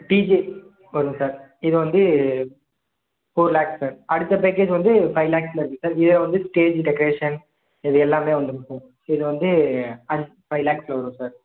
DJ வரும் sir இது வந்து ஃபோர் லேக்ஸ் சார் அடுத்த பேக்கேஜ் வந்து ஃபைவ் லேக்ஸில் இருக்குது சார் இதில் வந்து ஸ்டேஜு டெக்கரேஷன் இது எல்லாமே வந்துரும் சார் இது வந்து அஞ் ஃபைவ் லேக்ஸில் வரும் சார்